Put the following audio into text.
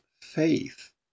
faith